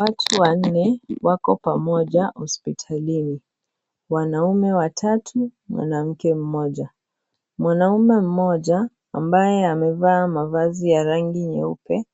Watu wanne wako pamoja hospitalini. Wanaume watatu, mwanamke mmoja. Mwanaume mmoja ambaye amevaa mavazi ya rangi nyeupe